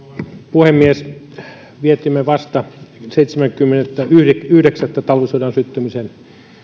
puhemies vietimme vasta seitsemättäkymmenettäyhdeksättä talvisodan syttymisen